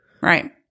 Right